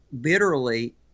bitterly